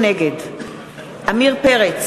נגד עמיר פרץ,